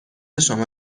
شما